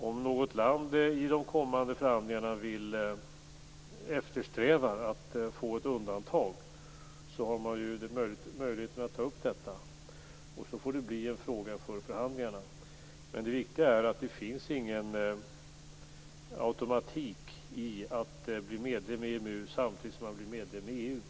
Om något land i de kommande förhandlingarna eftersträvar ett undantag har det landet möjlighet att ta upp detta, och så får det bli en fråga för förhandlingarna. Det viktiga är att det inte finns någon automatik när det gäller att bli medlem i EMU samtidigt som man blir medlem i EU.